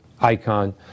Icon